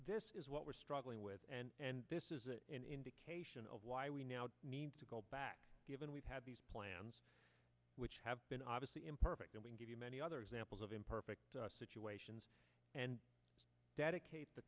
this is what we're struggling with and this is an indication of why we now need to go back given we've had these plans which have been obviously imperfect and we give you many other examples of imperfect situations and dedicate the